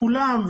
כולם,